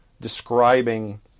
describing